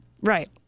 Right